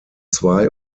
zwei